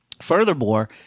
Furthermore